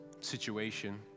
situation